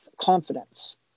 confidence